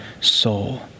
soul